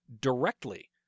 directly